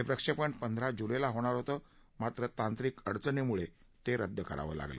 हे प्रक्षेपण पंधरा जुलैला होणार होतं मात्र तांत्रिक अडचणीम्ळं ते रद्द करावं लागलं